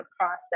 process